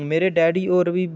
मेरे डैडी होर बी